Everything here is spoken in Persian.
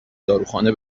داروخانه